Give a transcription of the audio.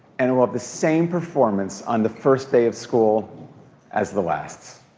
and it will have the same performance on the first day of school as the last.